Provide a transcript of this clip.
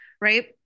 Right